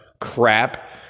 crap